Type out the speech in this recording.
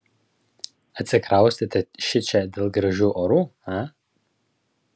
atsikraustėte šičia dėl gražių orų a